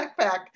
backpack